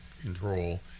control